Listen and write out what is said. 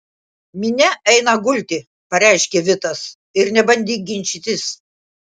minia eina gulti pareiškė vitas ir nebandyk ginčytis